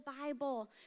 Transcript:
Bible